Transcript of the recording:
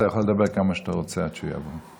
אתה יכול לדבר כמה שאתה רוצה עד שהוא יבוא.